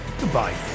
goodbye